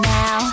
now